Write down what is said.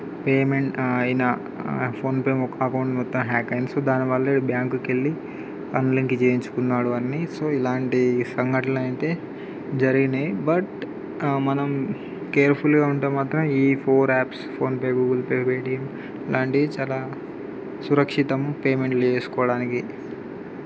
payment ఆయన ఆ PhonePe account మొత్తం హ్యాక్ అయింది సో దానివల్ల బ్యాంకుకు వెళ్ళి అన్లింక్ చేపించుకున్నాడు అన్నీ సో ఇలాంటి సంఘటనలు అయితే జరిగినాయి బట్ మనం కేర్ఫుల్గా ఉంటే మాత్రం ఈ four apps PhonePe Google Pay Paytm లాంటిది చాలా సురక్షితం పేమెంట్లు చేసుకోవడానికి